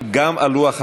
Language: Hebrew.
גם על לוח התיקונים.